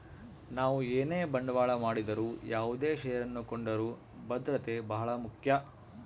ನಾವು ಏನೇ ಬಂಡವಾಳ ಮಾಡಿದರು ಯಾವುದೇ ಷೇರನ್ನು ಕೊಂಡರೂ ಭದ್ರತೆ ಬಹಳ ಮುಖ್ಯ